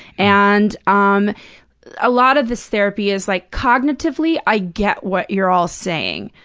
and um a lot of this therapy is, like, cognitively, i get what you're all saying,